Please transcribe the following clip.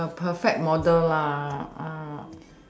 the perfect model